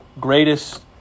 greatest